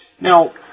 Now